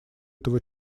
этого